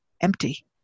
empty